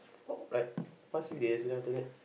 like past few days then after that